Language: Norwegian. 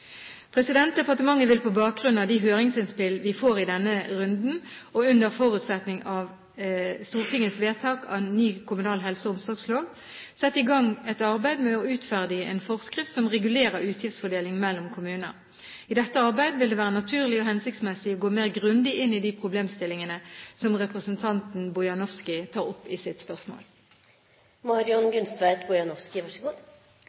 Departementet vil på bakgrunn av de høringsinnspill vi får i denne runden, og under forutsetning av Stortingets vedtakelse av ny kommunal helse- og omsorgslov, sette i gang et arbeid med å utferdige en forskrift som regulerer utgiftsfordelingen mellom kommuner. I dette arbeidet vil det være naturlig og hensiktsmessig å gå mer grundig inn i de problemstillingene som representanten Gunstveit Bojanowski tar opp i sitt spørsmål.